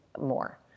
more